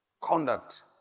conduct